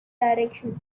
direction